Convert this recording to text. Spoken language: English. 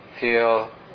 feel